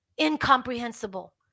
Incomprehensible